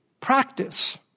practice